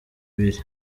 biri